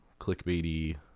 clickbaity